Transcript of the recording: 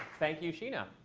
thank you sheena.